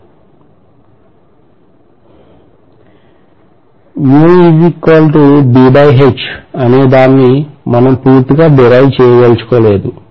విద్యార్థి 3950 మనకు అనేది లభిస్తుంది ప్రొఫెసర్ అనే దాన్ని మనం పూర్తిగా derive చేయదలచుకోలేదు